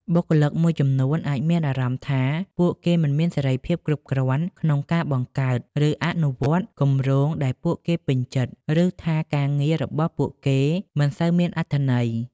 បុគ្គលិកមួយចំនួនអាចមានអារម្មណ៍ថា ពួកគេមិនមានសេរីភាពគ្រប់គ្រាន់ក្នុងការបង្កើត ឬអនុវត្តគម្រោងដែលពួកគេពេញចិត្ត ឬថាការងាររបស់ពួកគេមិនសូវមានអត្ថន័យ។